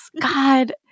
God